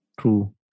True